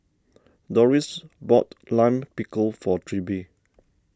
Dorris bought Lime Pickle for Trilby